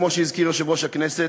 כמו שהזכיר יושב-ראש הכנסת,